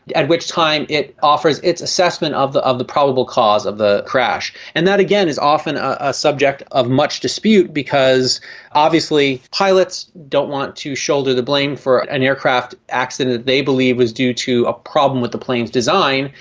at which time it offers its assessment of the of the probable cause of the crash. and that, again, is often a subject of much dispute because obviously pilots don't want to shoulder the blame for an aircraft accident they believe was due to a problem with the plane's design,